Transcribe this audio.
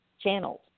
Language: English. channels